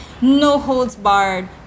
no-holds-barred